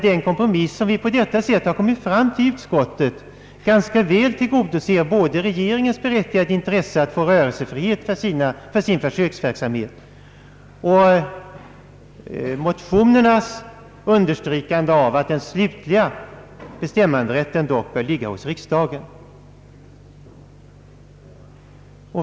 Den kompromiss som vi på detta sätt åstadkommit inom utskottet tycker jag ganska väl tillgodoser både regering ens berättigade intresse av att få rörelsefrihet i sin försöksverksamhet och motionärernas önskemål om att den slutliga bestämmanderätten dock skall ligga hos riksdagen.